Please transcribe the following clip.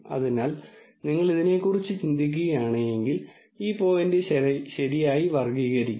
അതിനാൽ നിങ്ങൾ അതിനെക്കുറിച്ച് ചിന്തിക്കുകയാണെങ്കിൽ ഈ പോയിന്റ് ശരിയായി വർഗ്ഗീകരിക്കും